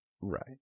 Right